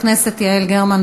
חברת הכנסת יעל גרמן,